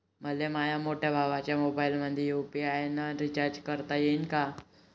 मले माह्या मोठ्या भावाच्या मोबाईलमंदी यू.पी.आय न रिचार्ज करता येईन का?